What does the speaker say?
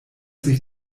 sich